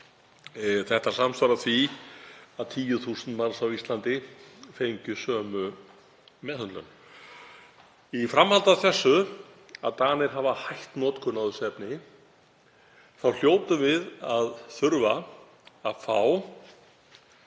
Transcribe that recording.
Þetta samsvarar því að 10.000 manns á Íslandi fengju sömu meðhöndlun. Í framhaldi af því að Danir hafa hætt notkun á efninu hljótum við að þurfa að fá